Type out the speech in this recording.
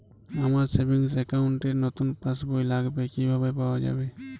আমার savings account র নতুন পাসবই লাগবে কিভাবে পাওয়া যাবে?